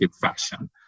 fashion